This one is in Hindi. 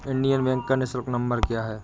इंडियन बैंक का निःशुल्क नंबर क्या है?